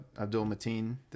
Abdul-Mateen